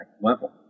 level